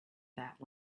that